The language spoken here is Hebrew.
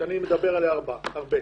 שאני מביא הרבה: